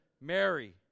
Mary